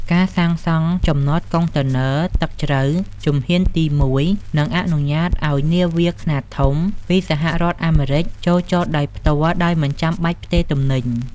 ការសាងសង់ចំណតកុងតឺន័រទឹកជ្រៅជំហានទី១ នឹងអនុញ្ញាតឱ្យនាវាខ្នាតធំពីសហរដ្ឋអាមេរិកចូលចតផ្ទាល់ដោយមិនបាច់ផ្ទេរទំនិញ។